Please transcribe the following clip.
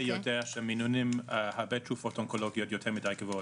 הם יודעים שהמינונים - הרבה תרופות אונקולוגיות יותר מדי גבוהות.